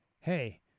Hey